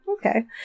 Okay